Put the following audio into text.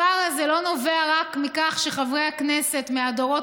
הפער הזה לא נובע רק מכך שחברי הכנסת מהדורות